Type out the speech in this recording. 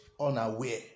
unaware